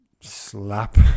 slap